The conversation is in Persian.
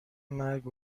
مرگ